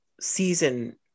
season